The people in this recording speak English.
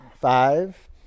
Five